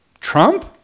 Trump